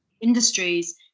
industries